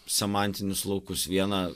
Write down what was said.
semantinius laukus vieną